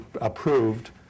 approved